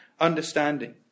understanding